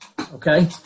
Okay